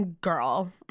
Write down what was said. girl